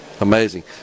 amazing